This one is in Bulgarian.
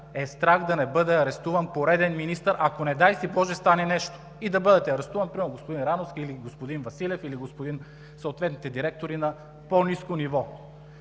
е страх да не бъде арестуван пореден министър, ако, не дай си боже, стане нещо и да бъде арестуван господин Рановски или господин Василев, или съответните директори на по-ниско ниво.